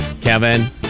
Kevin